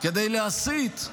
כדי להסית,